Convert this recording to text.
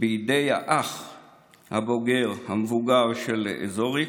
בידי האח הבוגר, המבוגר, של זוריק,